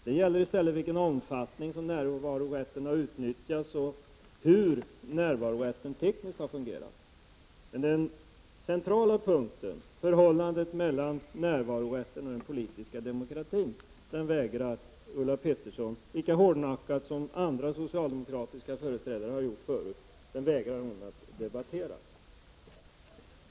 Det gäller i stället i vilken omfattning som närvarorätten har utnyttjats och hur närvarorätten tekniskt har fungerat. Den centrala punkten, förhållandet mellan närvarorätten och den politiska demokratin, vägrar Ulla Pettersson, lika hårdnackat som andra socialdemokratiska företrädare har gjort förut, att debattera.